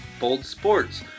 BoldSports